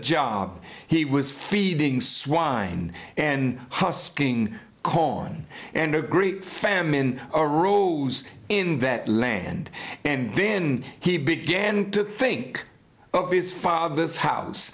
job he was feeding swine and husking khon and a great famine arose in that land and been he began to think of his father's house